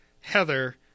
Heather